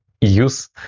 use